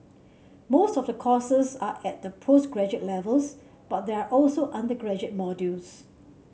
most of the courses are at the postgraduate levels but there are also undergraduate modules